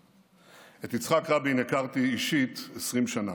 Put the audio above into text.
את יצחק רבין הכרתי אישית 20 שנה.